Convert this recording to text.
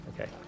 Okay